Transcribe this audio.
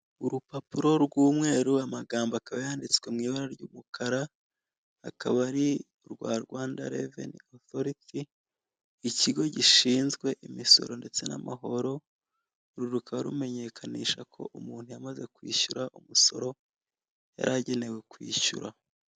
Urupapuro rw'umweru amagambo akaba yanditswe mu ibara ry'umukara akaba ari urwa rwada reveni otoriti ikigo gishinzwe imisoro ndetse n'amahoro uru rukaba rumenyekanisha ko umuntu yamaze kwishyura umusoro yaragenewe kwishyura.